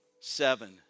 seven